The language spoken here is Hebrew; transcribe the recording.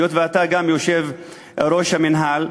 היות שאתה גם יושב-ראש המינהל,